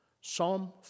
Psalm